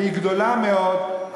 והיא גדולה מאוד,